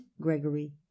Gregory